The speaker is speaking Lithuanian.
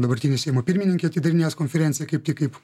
dabartinė seimo pirmininkė atidarinės konferenciją kaip tik kaip